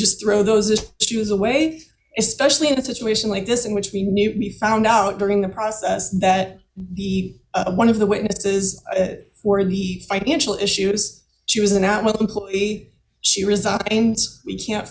just throw those as she was away especially in a situation like this in which we knew we found out during the process that the one of the witnesses were to be financial issues she was an at will employee she resigned we can't